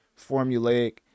formulaic